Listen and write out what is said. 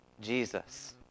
Jesus